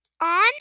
on